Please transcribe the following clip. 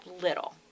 little